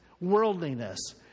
Worldliness